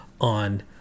on